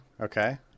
okay